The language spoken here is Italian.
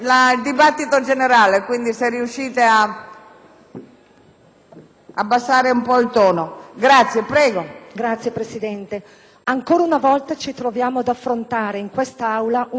Governo, ancora una volta ci troviamo ad affrontare in quest'Aula un disegno di legge di conversione di un decreto-legge del Governo,